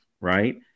Right